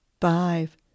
five